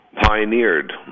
pioneered